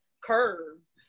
curves